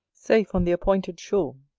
safe on the appointed shore.